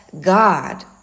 God